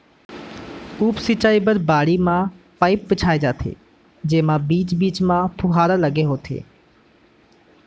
उप सिंचई बर बाड़ी म पाइप बिछाए जाथे जेमा बीच बीच म फुहारा लगे होथे